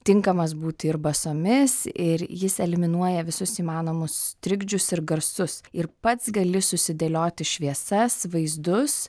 tinkamas būti ir basomis ir jis eliminuoja visus įmanomus trikdžius ir garsus ir pats gali susidėlioti šviesas vaizdus